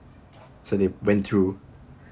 so they went through